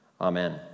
Amen